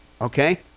okay